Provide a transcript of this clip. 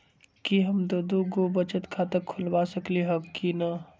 कि हम दो दो गो बचत खाता खोलबा सकली ह की न?